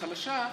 החלשה,